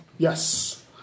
Yes